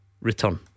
return